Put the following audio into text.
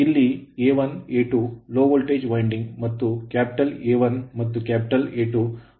ಇಲ್ಲಿ a1 a2low ಕಡಿಮೆ voltage winding ಮತ್ತು ಕ್ಯಾಪಿಟಲ್ A1 ಮತ್ತು capital A2 high voltage winding ಆಗಿದೆ